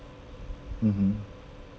mmhmm